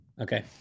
Okay